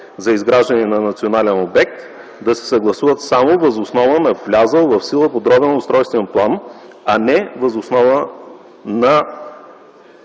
за изграждане на национален обект да се съгласуват само въз основа на влязъл в сила подробен устройствен план, а не въз основа на